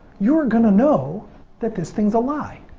you're going to know that this thing is a lie.